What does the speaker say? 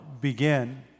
begin